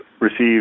received